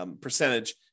percentage